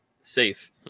safe